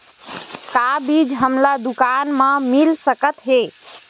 का बीज हमला दुकान म मिल सकत हे?